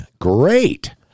Great